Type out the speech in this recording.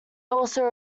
also